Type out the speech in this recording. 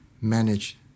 manage